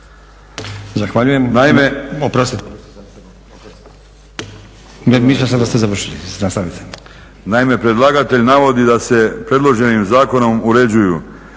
Nastavite./… Naime, predlagatelj navodi da se predloženim zakonom uređuju